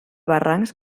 barrancs